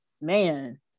Man